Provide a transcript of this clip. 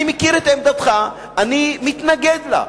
אני מכיר את עמדתך, אני מתנגד לה.